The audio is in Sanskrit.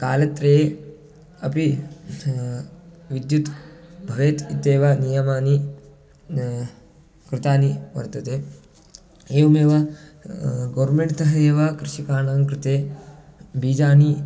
कालत्रये अपि व विद्युत् भवेत् इत्येव नियमानि कृतानि वर्तते एवमेव गोर्मेण्ट्तः एव कृषिकाणां कृते बीजानि